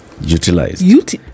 utilized